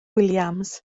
williams